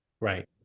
Right